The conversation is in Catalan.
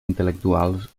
intel·lectuals